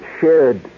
shared